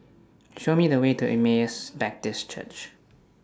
Show Me The Way to Emmaus Baptist Church